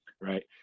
right